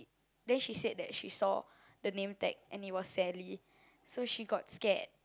then she said that she saw the name tag and it was sally so she got scared